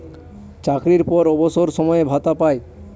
চাকরির পর অবসর সময়ে ভাতা পায়